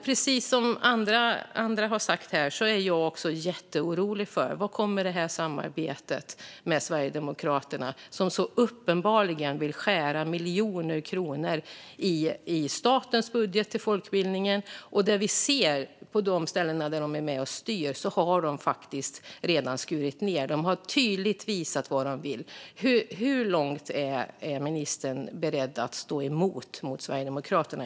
Liksom många andra här är även jag jätteorolig över regeringens samarbete med Sverigedemokraterna som uppenbarligen vill skära bort miljoner kronor ur statens budget för folkbildning. Vi ser på de ställen där de är med och styr att de faktiskt redan har skurit ned. De har tydligt visat vad de vill. I vilken mån är ministern beredd att stå emot Sverigedemokraterna?